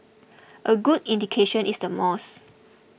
a good indication is the malls